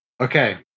Okay